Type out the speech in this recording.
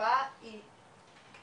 התופעה היא רחבה,